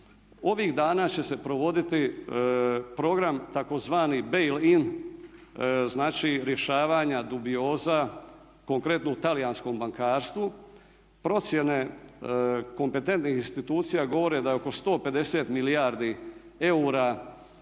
Ovih dana će se provoditi program tzv. Bail-in znači rješavanja dubioza konkretno u talijanskom bankarstvu. Procjene kompetentnih institucija govore da je oko 150 milijardi eura